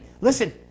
listen